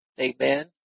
Amen